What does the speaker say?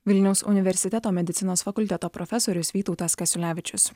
vilniaus universiteto medicinos fakulteto profesorius vytautas kasiulevičius